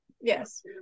Yes